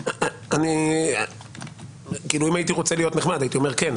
אם הייתי רוצה להיות נחמד הייתי אומר כן,